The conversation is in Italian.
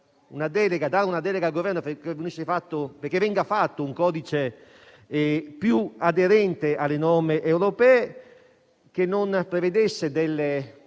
dare una delega al Governo perché venisse definito un codice più aderente alle norme europee, che non prevedesse delle